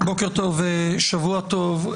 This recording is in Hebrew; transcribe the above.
בוקר טוב ושבוע טוב,